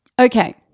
Okay